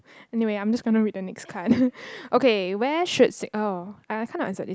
anyway I'm just gonna read the next card okay where should Sing~ oh I kinda answered this